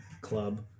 club